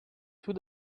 tout